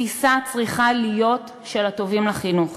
התפיסה צריכה להיות "הטובים לחינוך".